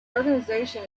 organization